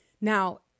Now